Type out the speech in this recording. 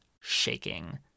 shaking